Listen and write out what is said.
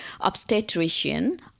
obstetrician